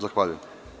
Zahvaljujem.